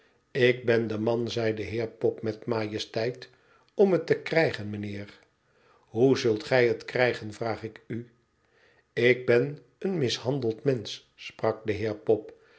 ik ben de man zei de heer pop met majesteit om het té krijgen mijnheer hoe zult gij het krijgen vraag ik u ik ben een mishandeld mensch sprak de heer pop